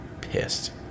pissed